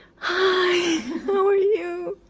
hi! how are you?